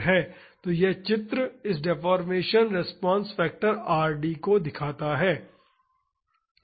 तो यह चित्र इस डेफोर्मेशन रिस्पांस फैक्टर Rd को दर्शाता है